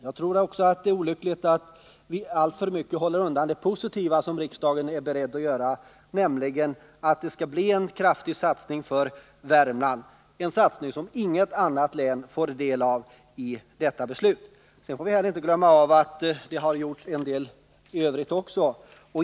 Jag tror också det är olyckligt att alltför mycket hålla undan det positiva, nämligen den kraftiga satsning för Värmland, som riksdagen är beredd att göra — en satsning som inget annat län får del av i detta beslut. Sedan får vi inte glömma att det har gjorts en hel del i övrigt också.